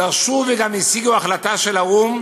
דרשה וגם השיגה החלטה של האו"ם,